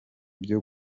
byo